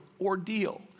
ordeal